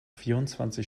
vierundzwanzig